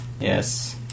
Yes